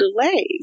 delays